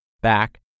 back